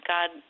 God